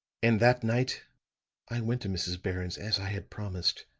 and that night i went to mrs. barron's as i had promised.